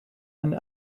and